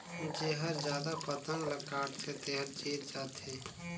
जेहर जादा पतंग ल काटथे तेहर जीत जाथे